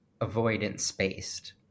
avoidance-based